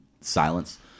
silence